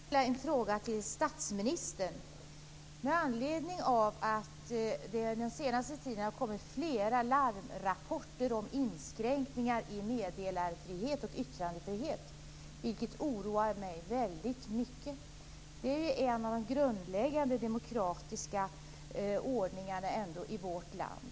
Herr talman! Jag skulle vilja ställa en fråga till statsministern med anledning av att det den senaste tiden har kommit flera larmrapporter om inskränkningar i meddelarfrihet och yttrandefrihet, vilket oroar mig väldigt mycket. Det handlar ändå om ett par av de grundläggande demokratiska ordningarna i vårt land.